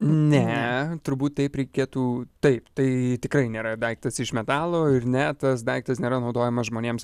ne turbūt taip reikėtų taip tai tikrai nėra daiktas iš metalo ir ne tas daiktas nėra naudojamas žmonėms